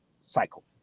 cycle